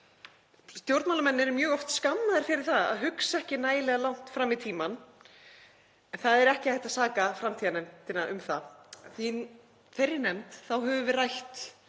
Stjórnmálamenn eru mjög oft skammaðir fyrir að hugsa ekki nægilega langt fram í tímann en það er ekki hægt að saka framtíðarnefndina um það. Í þeirri nefnd höfum við rætt